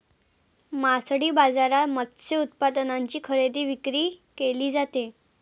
मासळी बाजारात मत्स्य उत्पादनांची खरेदी विक्री केली जाते